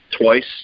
twice